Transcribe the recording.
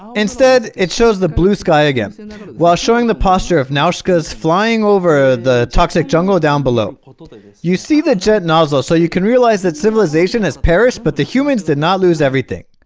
instead it shows the blue sky again while showing the posture of nazca's flying over the toxic jungle down below but you see the jet nozzle so you can realize that civilization has perished but the humans did not lose everything